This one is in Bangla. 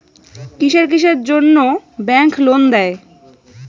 কিসের কিসের জন্যে ব্যাংক লোন দেয়?